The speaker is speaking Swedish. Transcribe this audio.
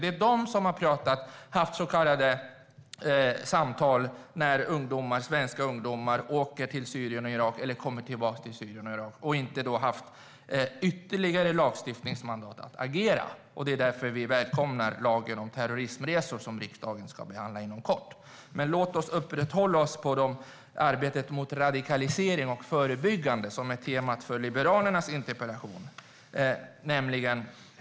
Det är de som har haft så kallade samtal när svenska ungdomar åkt till Syrien och Irak eller kommit tillbaka till Syrien och Irak. Man har då inte haft ytterligare lagstiftningsmandat att agera. Det är därför vi välkomnar lagen om terrorismresor, som riksdagen ska behandla inom kort. Men låt oss hålla oss till arbetet mot radikalisering och det förebyggande, som är temat för Liberalernas interpellation!